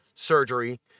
Surgery